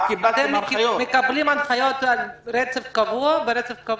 אתם מקבלים הנחיות ברצף קבוע?